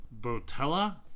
Botella